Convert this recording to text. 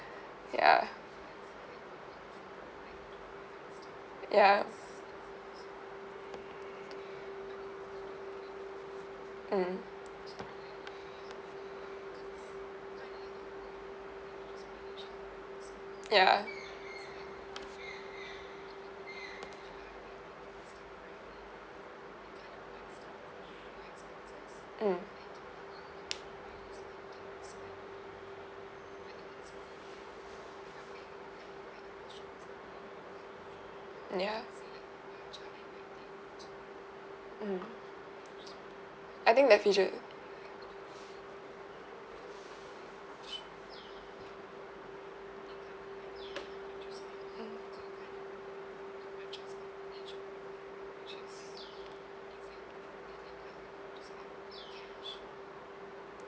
ya ya mm ya mm mm ya mm I think